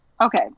Okay